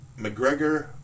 McGregor